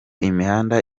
imihanda